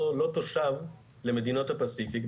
לא תושב למדינות הפאסיפיק,